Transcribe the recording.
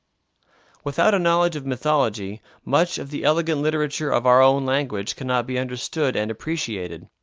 without a knowledge of mythology much of the elegant literature of our own language cannot be understood and appreciated.